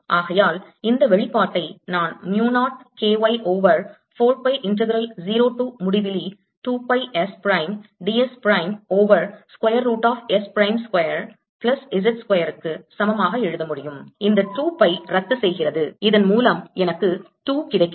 ஆகையால் இந்த வெளிப்பாட்டை நான் mu 0 K y over 4 pi integral 0 to முடிவிலி 2 pi S prime d s prime over square root of S prime square plus z square க்கு சமமாக எழுத முடியும் இந்த 2 பை ரத்துசெய்கிறது இதன் மூலம் எனக்கு 2 கிடைக்கிறது